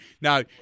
now